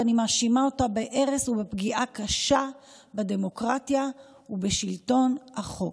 ואני מאשימה אותה בהרס ובפגיעה קשה בדמוקרטיה ובשלטון החוק".